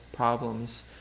problems